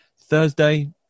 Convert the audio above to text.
Thursday